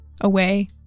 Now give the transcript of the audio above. away